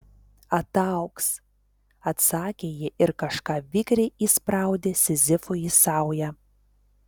ataugs atsakė ji ir kažką vikriai įspraudė sizifui į saują